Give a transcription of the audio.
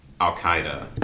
al-qaeda